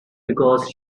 because